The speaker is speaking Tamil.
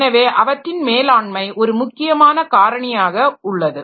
எனவே அவற்றின் மேலாண்மை ஒரு முக்கியமான காரணியாக உள்ளது